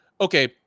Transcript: okay